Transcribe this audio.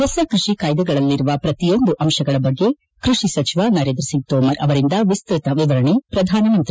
ಹೊಸ ಕೃಷಿ ಕಾಯ್ದೆಗಳಲ್ಲಿರುವ ಪ್ರತಿಯೊಂದು ಅಂಶಗಳ ಬಗ್ಗೆ ಕೃಷಿ ಸಚಿವ ನರೇಂದ್ರಸಿಂಗ್ ತೋಮರ್ ಅವರಿಂದ ವಿಸ್ತತ ವಿವರಣೆ ಪ್ರಧಾನಮಂತ್ರಿ